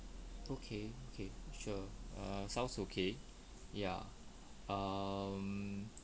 okay okay sure err sounds okay ya um